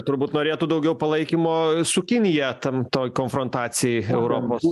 turbūt norėtų daugiau palaikymo su kinija tam toj konfrontacijoj europos